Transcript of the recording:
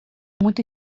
muito